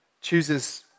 chooses